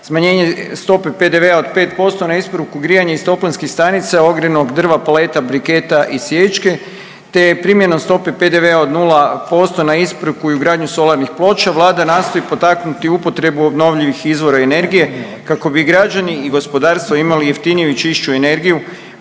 Smanjenje stope PDV-a od 5% na isporuku grijanja iz toplinskih stanica, ogrjevnog drva, peleta, briketa i sječke, te primjenom stope PDV-a od 0% na isporuku i ugradnju solarnih ploča vlada nastoji potaknuti upotrebu obnovljivih izvora energije kako bi građani i gospodarstvo imali jeftiniju i čišću energiju